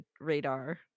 radar